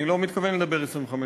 אני לא מתכוון לדבר 25 דקות,